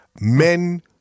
Men